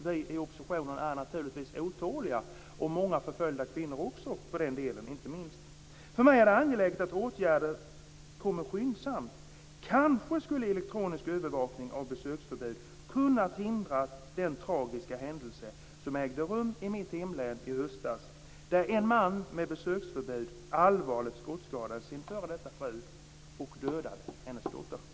Vi i oppositionen är naturligtvis otåliga, och det är inte minst för den delen också många förföljda kvinnor. För mig är det angeläget att åtgärder kommer skyndsamt. Kanske skulle elektronisk övervakning av besöksförbud kunnat hindra den tragiska händelse som ägde rum i mitt hemlän i höstas där en man med besöksförbud allvarligt skottskadade sin f.d. fru och dödade hennes dotter.